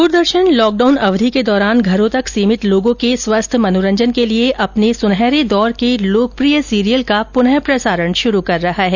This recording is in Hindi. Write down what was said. दूरदर्शन लॉकडाउन अवधि के दौरान घरों तक सीमित लोगों के स्वस्थ मनोरंजन के लिए अपने सुनहरे दौर के लोकप्रिय सीरियल का पुनः प्रसारण शुरू कर रहा है